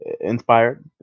inspired